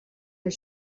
are